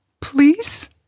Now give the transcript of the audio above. Please